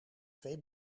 twee